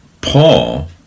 Paul